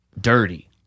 dirty